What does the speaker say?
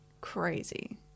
Crazy